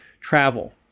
travel